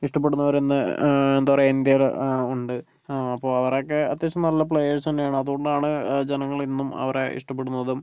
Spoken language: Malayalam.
ഇഷ്ടപ്പെടുന്നവര് ഇന്ന് എന്താ പറയുക ഇന്ത്യയില് ഉണ്ട് അപ്പോൾ അവരൊക്കെ അത്യാവശ്യം നല്ല പ്ലെയേഴ്സ് തന്നെയാണ് അതുകൊണ്ടാണ് ജനങ്ങൾ ഇന്നും അവരെ ഇഷ്ടപ്പെടുന്നതും